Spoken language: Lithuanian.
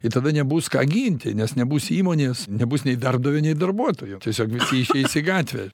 ir tada nebus ką ginti nes nebus įmonės nebus nei darbdavio nei darbuotojų tiesiog visi išeis į gatvę